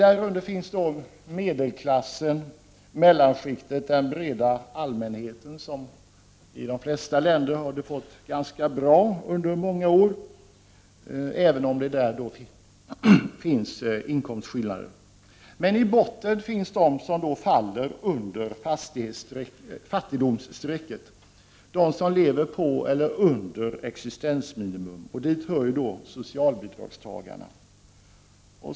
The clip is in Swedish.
Därunder finns medelklassen, mellanskiktet, den breda allmänheten, som i de flesta länder har haft det ganska bra under många år, även om det här finns inkomstskillnader. I botten finns de som faller under fattigdomsstrecket, de som lever på eller under existensminimum. Dit hör socialbidragstagarna.